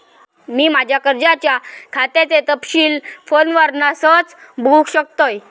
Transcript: मी माज्या कर्जाच्या खात्याचे तपशील फोनवरना सहज बगुक शकतय